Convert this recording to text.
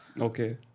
Okay